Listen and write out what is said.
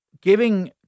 giving